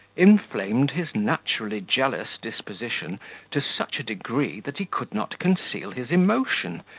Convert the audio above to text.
inflamed his naturally jealous disposition to such a degree, that he could not conceal his emotion,